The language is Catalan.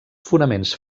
fonaments